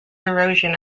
erosion